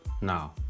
now